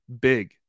big